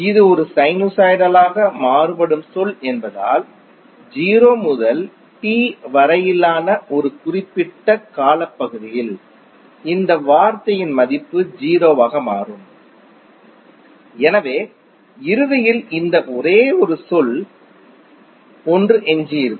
இது ஒரு சைனுசாய்டலாக மாறுபடும் சொல் என்பதால் 0 முதல் T வரையிலான ஒரு குறிப்பிட்ட காலப்பகுதியில் இந்த வார்த்தையின் மதிப்பு 0 ஆக மாறும் எனவே இறுதியில் இந்த ஒரே ஒரு சொல் 1 எஞ்சியிருக்கும்